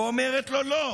ואומרת לו לא.